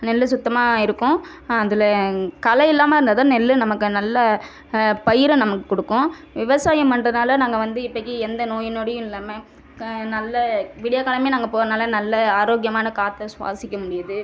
நெல் சுத்தமாக இருக்கும் அதில் களையில்லாமல் இருந்தால் தான் நெல் நமக்கு நல்ல பயிரை நமக்கு கொடுக்கும் விவசாயம் பண்றதுனால நாங்கள் வந்து இப்போக்கி எந்த நோய் நொடியும் இல்லாமல் க நல்ல விடியகாலமே நாங்கள் போகிறனால நல்ல ஆரோக்கியமான காற்றை சுவாசிக்க முடியுது